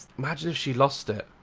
imagine if she lost it